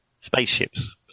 Spaceships